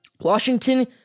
Washington